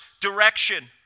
direction